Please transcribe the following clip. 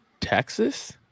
Texas